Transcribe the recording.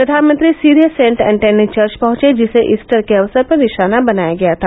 प्रधानमंत्री सीधे saint Anthony church पहुंचे जिसे ईस्टर के अवसर पर निशाना बनाया गया था